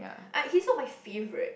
ah he's also my favorite